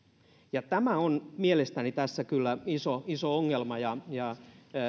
tämä on mielestäni tässä kyllä iso iso ongelma ja ja